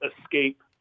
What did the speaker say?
escape